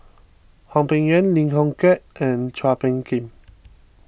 Hwang Peng Yuan Lim Chong Keat and Chua Phung Kim